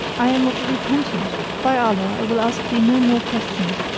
i am of the repentant! by allah, i will ask thee no more questions,